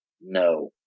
No